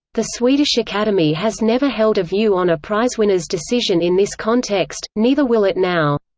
the swedish academy has never held a view on a prizewinner's decision in this context, neither will it now.